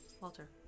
Walter